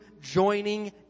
joining